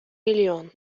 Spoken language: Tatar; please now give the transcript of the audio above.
миллион